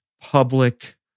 public